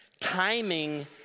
Timing